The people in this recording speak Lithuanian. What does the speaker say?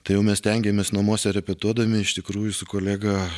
tai jau mes stengėmės namuose repetuodami iš tikrųjų su kolega